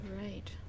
Right